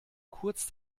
kurz